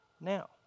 now